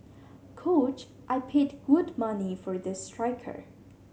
coach I paid good money for this striker